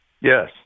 yes